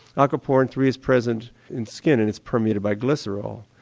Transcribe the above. aquaporin three is present in skin and is permeated by glycerol,